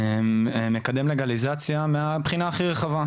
מקדם לגליזציה מהבחינה הכי רחבה,